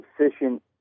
sufficient